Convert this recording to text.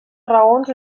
raons